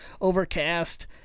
Overcast